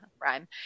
rhyme